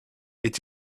est